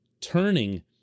turning